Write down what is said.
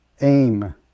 aim